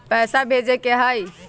पैसा भेजे के हाइ?